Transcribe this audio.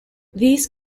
these